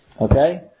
Okay